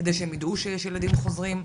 כדי שהם יידעו שיש ילדים חוזרים?